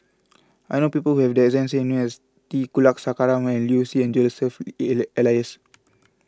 I know people who have the exact name as T Kulasekaram Liu Si and Joseph Elias